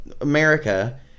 America